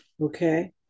Okay